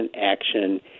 action